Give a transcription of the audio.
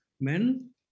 men